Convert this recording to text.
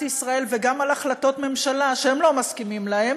ישראל וגם על החלטות ממשלה שהם לא מסכימים להן,